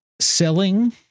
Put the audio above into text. selling